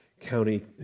County